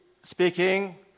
speaking